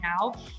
now